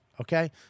Okay